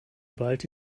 ballte